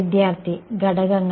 വിദ്യാർത്ഥി ഘടകങ്ങൾ